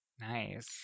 nice